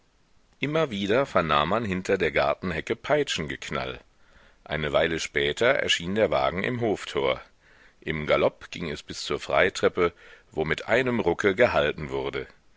immer wieder vernahm man hinter der gartenhecke peitschengeknall eine weile später erschien der wagen im hoftor im galopp ging es bis zur freitreppe wo mit einem rucke gehalten wurde